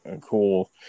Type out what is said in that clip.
cool